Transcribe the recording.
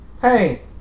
hey